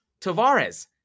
Tavares